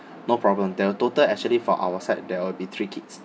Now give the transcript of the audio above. no problem there are total actually for our side there will be three kids